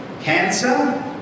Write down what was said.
Cancer